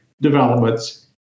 developments